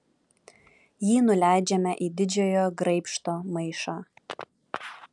jį nuleidžiame į didžiojo graibšto maišą